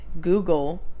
Google